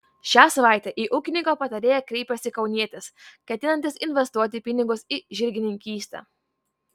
šią savaitę į ūkininko patarėją kreipėsi kaunietis ketinantis investuoti pinigus į žirgininkystę